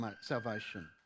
salvation